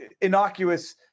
innocuous